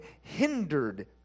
hindered